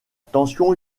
tension